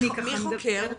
מי חוקר?